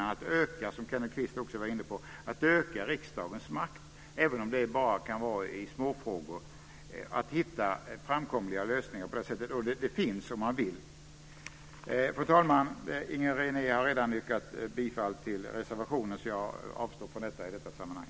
Det gäller att öka, som Kenneth Kvist också var inne på, riksdagens makt, även om det bara kan vara i småfrågor, och att hitta framkomliga lösningar. Det går om man vill. Fru talman! Inger René har redan yrkat bifall till reservationen. Jag avstår från det i detta sammanhang.